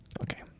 Okay